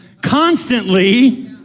constantly